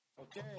Okay